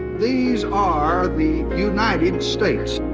these are the united states,